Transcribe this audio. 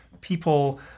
people